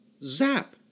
Zap